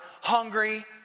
hungry